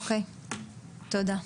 או-קיי, תודה.